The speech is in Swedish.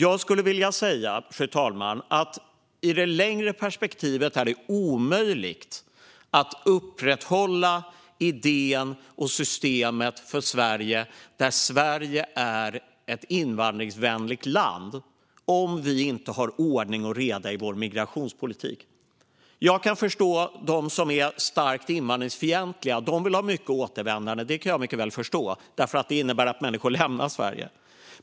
Jag skulle vilja säga att i det längre perspektivet är det omöjligt att upprätthålla idén och systemet för Sverige där Sverige är ett invandringsvänligt land om vi inte har ordning och reda i vår migrationspolitik. Jag kan förstå dem som är starkt invandringsfientliga. De vill ha mycket återvändande. Det kan jag mycket väl förstå, eftersom det innebär att människor lämnar Sverige.